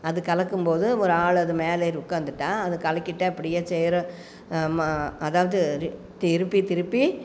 அது கலக்கும்போது ஒரு ஆள் அது மேலே ஏறி உட்காந்துட்டா அது கலக்கிட்டு அப்படியே சேறு அதாவது திருப்பி திருப்பி